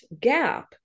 gap